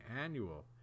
Annual